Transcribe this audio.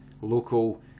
local